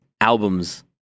albums